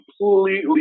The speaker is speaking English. completely